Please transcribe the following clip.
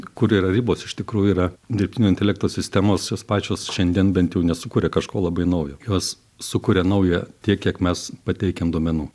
kur yra ribos iš tikrųjų yra dirbtinio intelekto sistemos jos pačios šiandien bent jau nesukuria kažko labai naujo jos sukuria naują tiek kiek mes pateikiam duomenų